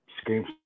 screams